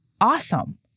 awesome